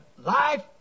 life